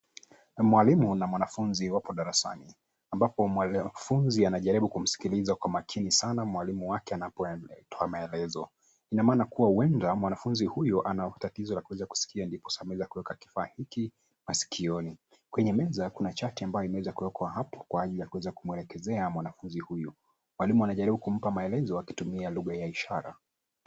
Mwalimu na mwanafunzi wapo darasani ambapo mwanafunzi anajaribu kumsikiliza kwa makini sana mwalimu wake anapotoa maelezo. Ina maana kuwa huenda mwanafunzi huyo ana tatizo ya kuweza kusikia ndiposa ameweza kuweka kifaa hiki masikioni. Kwenye meza kuna chati ambayo imeweza kuwekwa hapo kwa ajili ya kuweza kumwelekezea mwanafunzi huyu. Mwalimu anajaribu kumpa maelezo akitumia lugha ya ishara.